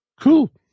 cool